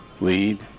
lead